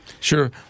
Sure